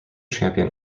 champion